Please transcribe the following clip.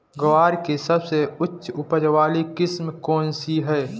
ग्वार की सबसे उच्च उपज वाली किस्म कौनसी है?